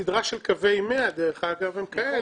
דרך אגב, הסדרה של קווי 100 הם כאלה.